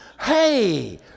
Hey